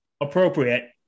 Appropriate